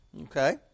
Okay